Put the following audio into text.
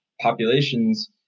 populations